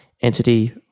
Entity